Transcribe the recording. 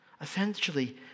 Essentially